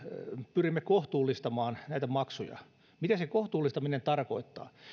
pyrimme kohtuullistamaan näitä maksuja mitä se kohtuullistaminen tarkoittaa